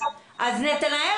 נתנאל,